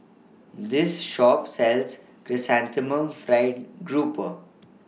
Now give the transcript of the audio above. This Shop sells Chrysanthemum Fried Grouper